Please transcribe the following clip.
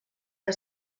que